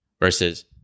versus